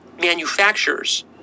manufacturers